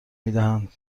میدهند